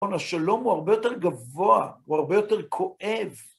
אבל השלום הוא הרבה יותר גבוה, הוא הרבה יותר כואב.